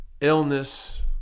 illness